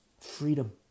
Freedom